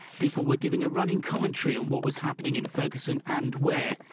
people were giving a running commentary on what was happening in ferguson and where.